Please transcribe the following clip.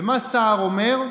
ומה סער אמר?